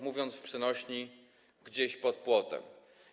Mówiąc w przenośni, gdzieś pod płotem.